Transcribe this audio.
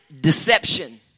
deception